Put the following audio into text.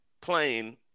plane